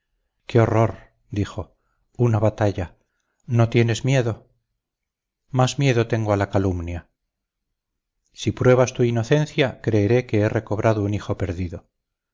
qué horror dijo una batalla no tienes miedo más miedo tengo a la calumnia si pruebas tu inocencia creeré que he recobrado un hijo perdido